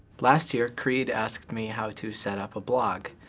last year, creed asked me how to set up a blog.